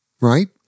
right